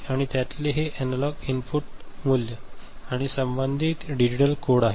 आणि त्यातले हे एनालॉग इनपुट मूल्य आणि संबंधित डिजिटल कोड आहे